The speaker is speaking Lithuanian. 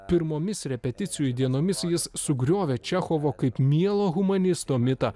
pirmomis repeticijų dienomis jis sugriovė čechovo kaip mielo humanisto mitą